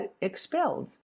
expelled